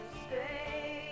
stay